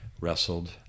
wrestled